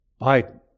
Biden